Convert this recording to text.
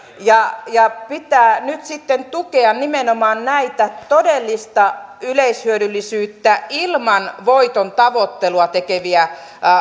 pitää nyt sitten tukea nimenomaan näitä todellista yleishyödyllisyyttä ilman voitontavoittelua tekeviä